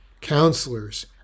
counselors